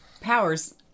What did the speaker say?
powers